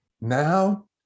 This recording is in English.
now